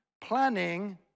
Planning